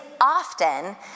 often